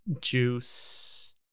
juice